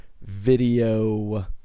video